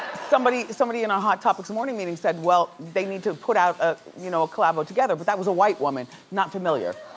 somebody somebody in a hot topics morning meeting said, well, they need to put out ah you know a collabo together, but that was a white woman, not familiar.